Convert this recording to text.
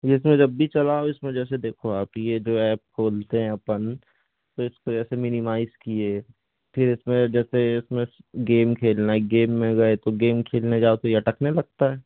ये तो जब भी चलाओ इसको जैसे देखो आप ये जो ऐप खोलते हैं अपन तो इसको ऐसे मिनिमाइज़ किए फिर इसमें जैसे इसमें गेम खेलना है गेम में गए तो गेम खेलने जाओ तो ये अटकने लगता है